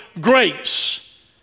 grapes